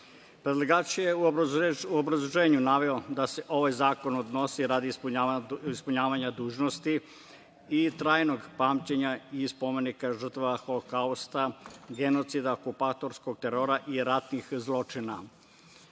Vladi. Predlagač je u obrazloženju naveo da se ovaj zakon odnosi, radi ispunjavanja dužnosti i trajnog pamćenja i spomenika žrtava Holokausta, genocida okupatorskog terora i ratnih zločina